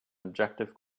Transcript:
objective